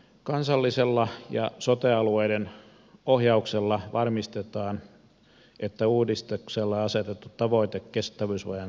kansallisella ja sote alueiden ohjauksella varmistetaan että uudistukselle asetettu tavoite kestävyysvajeen supistamisesta saavutetaan